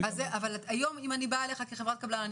זה גם --- אבל אם אני באה אליך הים כחברת קבלן,